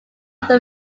after